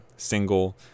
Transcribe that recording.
single